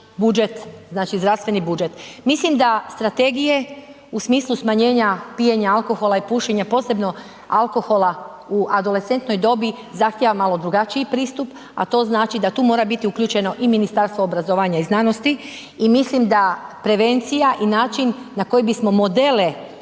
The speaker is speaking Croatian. budžet, znači zdravstveni budžet. Mislim da strategije u smislu smanjenja pijenja alkohola i pušenja posebno alkohola u adolescentnoj dobi zahtijeva malo drugačiji pristup, a to znači da tu mora biti uključeno i Ministarstvo obrazovanja i znanosti i mislim da prevencija i način na koji bismo modele